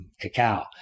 cacao